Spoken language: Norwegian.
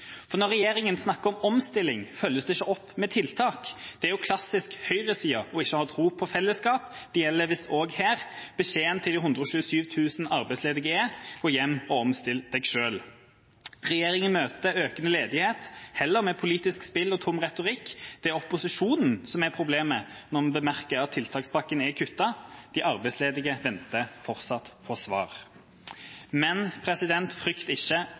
Når regjeringa snakker om omstilling, følges det ikke opp med tiltak. Det er jo klassisk for høyresida ikke å ha tro på fellesskapet, og det gjelder visst også her. Beskjeden til de 127 000 arbeidsledige er: Gå hjem og omstill dere selv. Regjeringa møter heller økende ledighet med politisk spill og tom retorikk. Det er opposisjonen som er problemet når vi bemerker at det er kuttet i tiltakspakken. De arbeidsledige venter fortsatt på svar. Men frykt ikke